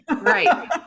right